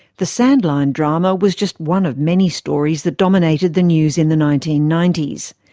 the sandline drama was just one of many stories that dominated the news in the nineteen ninety s.